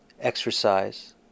exercise